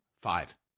Five